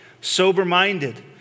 sober-minded